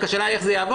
השאלה רק איך זה יעבוד.